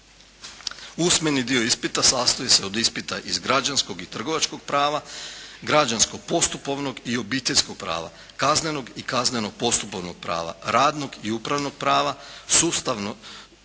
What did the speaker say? Usmeni dio ispita sastoji se od ispita iz građanskog i trgovačkog prava, građansko-postupovnog i obiteljskog prava, kaznenog i kazneno-postupovnog prava, radnog i upravnog prava, sustavno